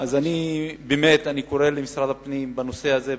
אני קורא למשרד הפנים בנושא הזה,